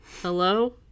hello